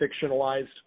fictionalized